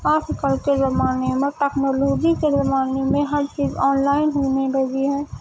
آج کل کے زمانے میں ٹیکنالوجی کے زمانے میں ہر چیز آن لائن ہونے لگی ہے